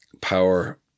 Power